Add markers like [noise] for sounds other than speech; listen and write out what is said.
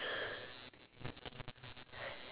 [laughs]